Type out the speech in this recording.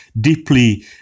deeply